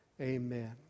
Amen